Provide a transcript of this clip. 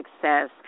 success